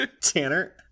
Tanner